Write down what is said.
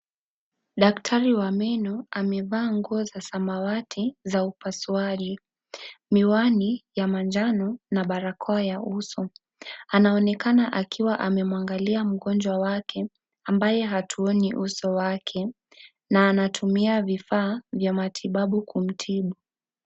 Daktari wa meno amevaa nguo za samawati za upasuaji . Miwani ya manjano na barakoa ya uso . Anaonekana akiwa amemwangalia mgonjwa wake ambaye hatuoni uso wake na anatumia vifaa vya matibabu kumtibu.